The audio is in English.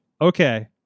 okay